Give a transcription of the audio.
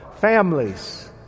Families